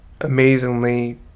amazingly